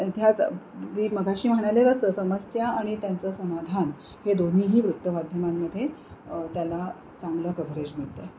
it has मी मघाशी म्हणाले तसं समस्या आणि त्यांचं समाधान हे दोन्हीही वृत्तमाध्यमांमध्ये त्याला चांगलं कव्हरेज मिळत आहे